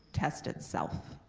test itself.